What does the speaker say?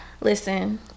listen